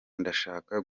ndashaka